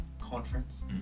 conference